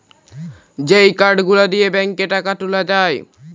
যেই কার্ড গুলা দিয়ে ব্যাংকে টাকা তুলে যায়